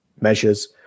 measures